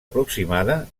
aproximada